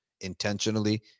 Intentionally